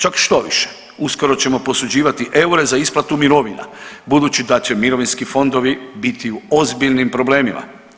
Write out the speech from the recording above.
Čak štoviše uskoro ćemo posuđivati eure za isplatu mirovina budući da će mirovinski fondovi biti u ozbiljnim problemima.